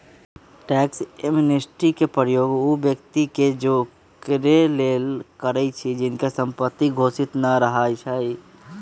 tax amnesty के प्रयोग उ व्यक्ति के जोरेके लेल करइछि जिनकर संपत्ति घोषित न रहै छइ